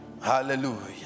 Hallelujah